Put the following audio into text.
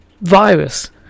virus